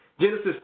Genesis